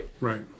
right